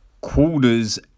quarters